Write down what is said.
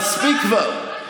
מספיק כבר, מספיק כבר.